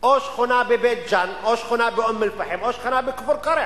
או שכונה בבית-ג'ן או שכונה באום-אל-פחם או שכונה בכפר-קרע?